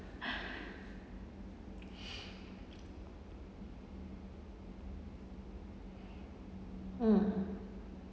mm